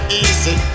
easy